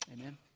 Amen